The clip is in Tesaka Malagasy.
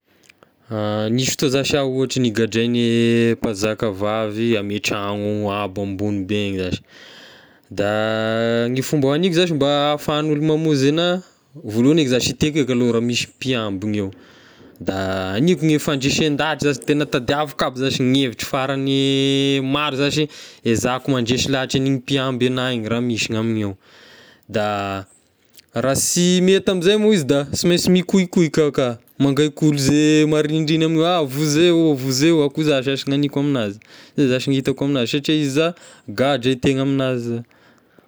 Nisy fotoa zashy iaho ohatry nigadrain'ny manzaka vavy ame tragno abo ambony be egny zashy, da ny fomba haniko zashy mba afahan'ny olo mamonzy anahy, voalohany eky zashy hiteko eka aloha raha misy mpiambina eo, da haniko ny fandresen-dahatra zashy, tegna tadiaviko aby zashy ny hevitry farany maro zashy ezahako mandresy lahatra an'igny mpiamby anahy igny raha misy ny amign'ny ao, da raha sy mety ame izay moa izy da sy mainsy mikoikoika aho ka, mangaika olo ze marindrigny amigna ao: vonzeo aho, vonzeo aho, akoa za zashy nagniko aminazy, izay zashy ny hitako aminazy satria za gadra e tegna aminazy za.